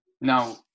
now